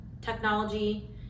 technology